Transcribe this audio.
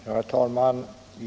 Herr talman!